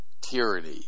tyranny